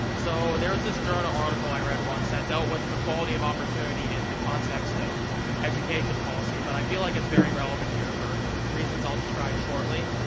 so there was this journal article i read once that dealt with equality of opportunity in the context of education policy, but i feel like it's very relevant here for reasons i'll describe shortly.